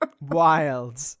wild